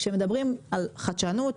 כשמדברים על חדשנות,